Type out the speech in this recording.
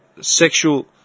sexual